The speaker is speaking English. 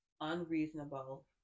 unreasonable